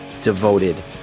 devoted